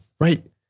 Right